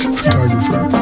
photographer